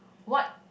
what